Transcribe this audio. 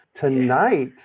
Tonight